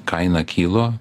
kaina kilo